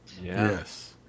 yes